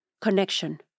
connection